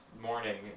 morning